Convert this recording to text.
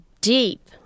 deep